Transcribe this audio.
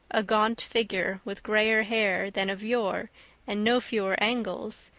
a gaunt figure with grayer hair than of yore and no fewer angles,